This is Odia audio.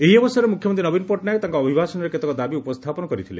ଏହି ଅବସରେ ମୁଖ୍ୟମନ୍ତୀ ନବୀନ ପଟ୍ଟନାୟକ ତାଙ୍କ ଅଭିଭାଷଣରେ କେତେକ ଦାବି ଉପସ୍ଥାପନ କରିଥିଲେ